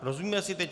Rozumíme si teď?